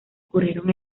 ocurrieron